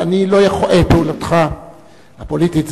את פעילותך הפוליטית,